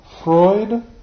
Freud